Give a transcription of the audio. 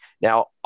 Now